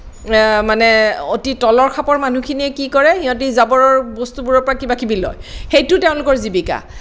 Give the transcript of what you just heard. মানে অতি তলৰ খাপৰ মানুহখিনিয়ে কি কৰে সিহঁতে জাবৰৰ বস্তুবোৰৰ পৰা কিবা কিবি লয় সেইটো তেওঁলোকৰ জীৱিকা